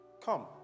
come